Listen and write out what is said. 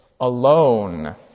alone